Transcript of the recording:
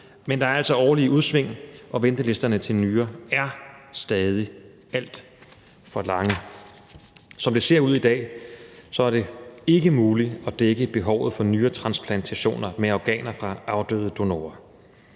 men der er altså årlige udsving, og ventelisterne til en nyre er stadig alt for lange. Som det ser ud i dag, er det ikke muligt at dække behovet for nyretransplantationer med organer fra afdøde donorer.